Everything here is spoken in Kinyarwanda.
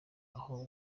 aho